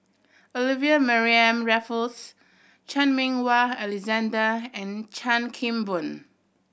Olivia Mariamne Raffles Chan Meng Wah Alexander and Chan Kim Boon